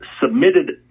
submitted